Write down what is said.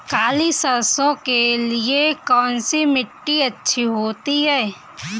काली सरसो के लिए कौन सी मिट्टी अच्छी होती है?